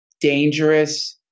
dangerous